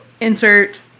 insert